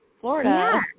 Florida